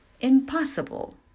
impossible